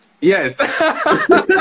Yes